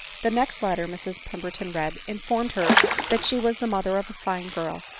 the next letter mrs pemberton read informed her that she was the mother, of a fine girl.